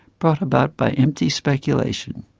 brought about by empty speculation.